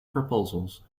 proposals